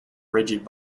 rigid